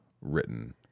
written